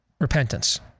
repentance